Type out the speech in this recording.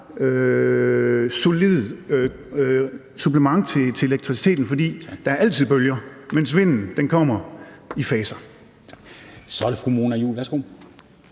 solidt supplement til elektriciteten, for der er altid bølger, mens vinden kommer i faser.